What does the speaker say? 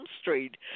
Street